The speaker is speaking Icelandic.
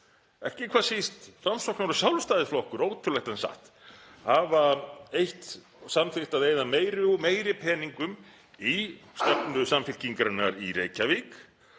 ekki hvað síst Framsóknarflokkur og Sjálfstæðisflokkur, ótrúlegt en satt, hafa eytt og samþykkt að eyða meiri og meiri peningum í stefnu Samfylkingarinnar í Reykjavík